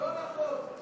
לא נכון.